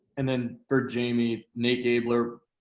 and then, for jamie, nate gabler.